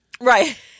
Right